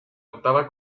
octava